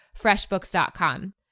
FreshBooks.com